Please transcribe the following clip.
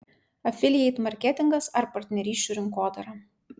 afilieit marketingas ar partnerysčių rinkodara